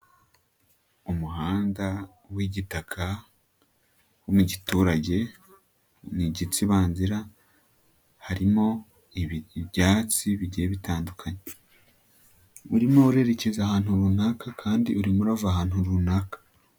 Umuhanda w'igitaka uri mu giturage ni igitsibanzira harimo ibyatsi bigiye bitandukanye, urimo urerekeza ahantu runaka, kandi urimo urava ahantu runaka.